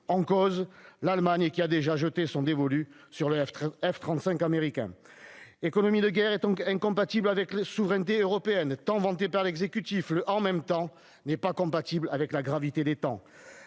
En cause, l'Allemagne qui a déjà jeté son dévolu sur le F-35 américain. L'« économie de guerre » est incompatible avec la « souveraineté européenne » tant vantée par l'exécutif. Le « en même temps » n'est pas compatible avec la gravité des temps.